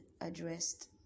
addressed